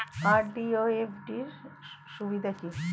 RD ও FD র সুবিধা কি?